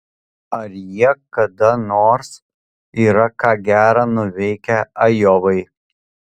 ar jie kada nors yra ką gera nuveikę ajovai